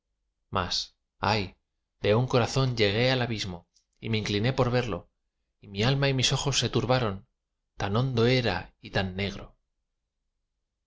mas ay de un corazón llegué al abismo y me incliné por verlo y mi alma y mis ojos se turbaron tan hondo era y tan negro